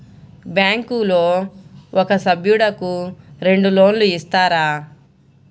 బ్యాంకులో ఒక సభ్యుడకు రెండు లోన్లు ఇస్తారా?